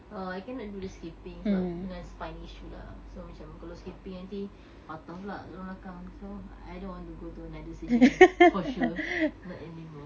oh I cannot do the skipping sebab dengan spine issue lah so macam kalau skipping nanti patah pula tulang belakang so I don't want to go to another surgery for sure not anymore